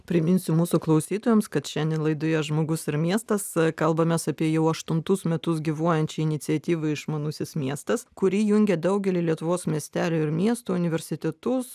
priminsiu mūsų klausytojams kad šiandien laidoje žmogus ir miestas kalbamės apie jau aštuntus metus gyvuojančią iniciatyvą išmanusis miestas kuri jungia daugelį lietuvos miestelių ir miestų universitetus